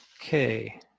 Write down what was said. okay